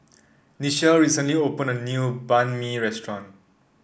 Nichelle recently opened a new Banh Mi restaurant